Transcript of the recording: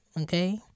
okay